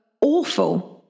awful